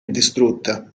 distrutta